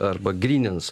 arba grynins